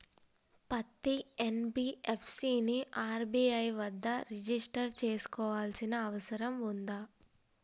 పత్తి ఎన్.బి.ఎఫ్.సి ని ఆర్.బి.ఐ వద్ద రిజిష్టర్ చేసుకోవాల్సిన అవసరం ఉందా?